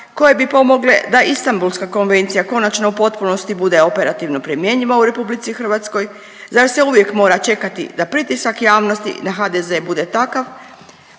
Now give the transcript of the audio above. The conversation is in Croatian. koje bi pomogle da Istambulska konvencija konačno u potpunosti bude operativno primjenjiva u RH, zar se uvijek mora čekati da pritisak javnosti na HDZ bude takav